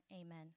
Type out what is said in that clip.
Amen